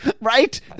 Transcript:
Right